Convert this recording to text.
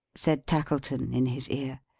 said tackleton, in his ear.